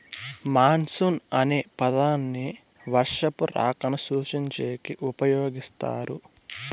monsoon అనే పదాన్ని వర్షపు రాకను సూచించేకి ఉపయోగిస్తారు